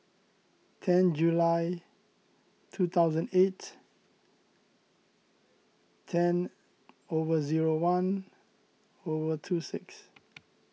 ten July two thousand eight ten over zero one over two six